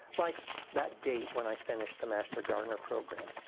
like that date when i finished the master gardener program.